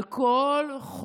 על כל חוק,